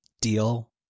deal